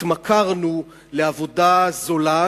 התמכרנו לעבודה זולה,